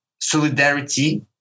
solidarity